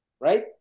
Right